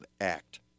act